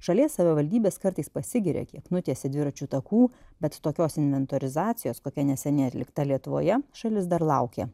šalies savivaldybės kartais pasigiria kiek nutiesė dviračių takų bet tokios inventorizacijos kokia neseniai atlikta lietuvoje šalis dar laukia